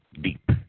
deep